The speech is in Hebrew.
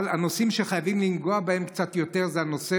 אבל הנושאים שחייבים לנגוע בהם קצת יותר זה הנושא